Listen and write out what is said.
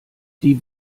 die